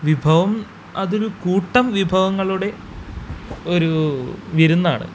വിഭവം അതൊരു കൂട്ടം വിഭവങ്ങളുടെ ഒരു വിരുന്നാണ്